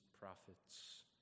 prophets